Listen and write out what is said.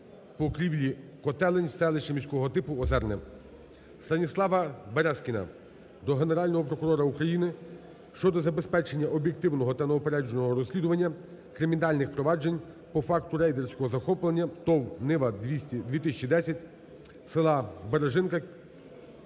покрівлі котелень в селища міського типу Озерне. Станіслава Березкіна до Генерального прокурора України щодо забезпечення об'єктивного та неупередженого розслідування кримінальних проваджень по факту рейдерського захоплення ТОВ "НИВА-2010" села Бережинка.